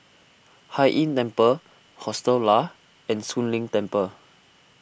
Hai Inn Temple Hostel Lah and Soon Leng Temple